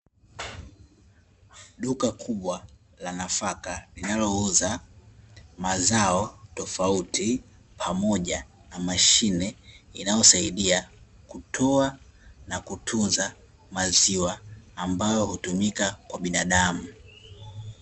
Duka kubwa la nafaka linalo uza mazao tofauti pamoja na mashine inayosaidia kutoa na kutunza maziwa ambayo hutumika kwa binadamu.